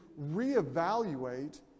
reevaluate